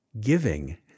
giving